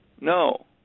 No